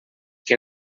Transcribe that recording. que